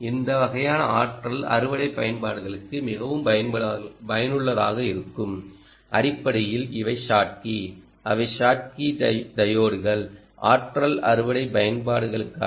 இந்த வகையான ஆற்றல் அறுவடை பயன்பாடுகளுக்கு மிகவும் பயனுள்ளதாக இருக்கும் அடிப்படையில் இவை ஷாட்கி அவை ஷாட்கி டையோட்கள்ஆற்றல் அறுவடை பயன்பாடுகளுக்கானவை